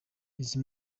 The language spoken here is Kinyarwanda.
izi